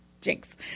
jinx